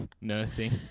nursing